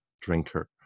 drinker